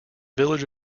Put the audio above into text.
village